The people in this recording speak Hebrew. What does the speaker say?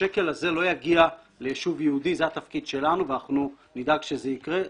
השקל הזה לא יגיע ליישוב יהודי וזה התפקיד שלנו ואנחנו נדאג שזה יקרה.